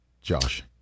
Josh